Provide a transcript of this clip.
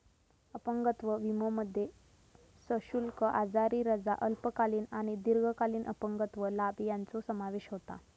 अपंगत्व विमोमध्ये सशुल्क आजारी रजा, अल्पकालीन आणि दीर्घकालीन अपंगत्व लाभ यांचो समावेश होता